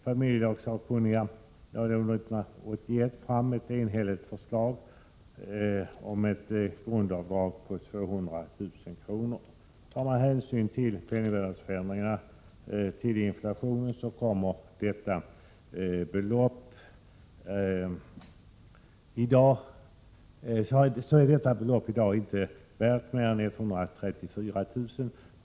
Familjelagsakkunniga lade 1981 fram ett enhälligt förslag om ett grundavdrag på 200 000 kr. Med hänsyn tagen till penningvärdesförändringen, inflationen, är detta belopp i dag inte värt mer än 134 000 kr.